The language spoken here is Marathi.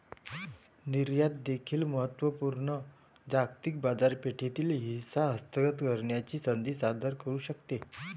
निर्यात देखील महत्त्व पूर्ण जागतिक बाजारपेठेतील हिस्सा हस्तगत करण्याची संधी सादर करू शकते